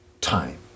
time